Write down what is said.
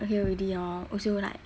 hear already orh also like